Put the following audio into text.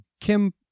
Kim